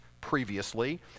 previously